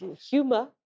humor